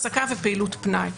הסקה ופעילות פנאי.